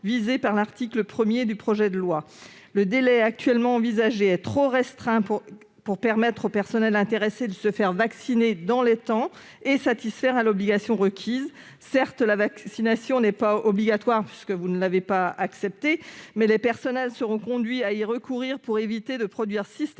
visés par l'article 1 du projet de loi. Le délai actuellement envisagé est trop restreint pour permettre aux personnels intéressés de se faire vacciner dans les temps et de satisfaire ainsi à l'obligation requise. Certes, la vaccination n'est pas obligatoire, puisque vous ne l'avez pas souhaité, mais les personnels seront conduits à y recourir pour éviter de produire systématiquement